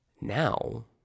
Now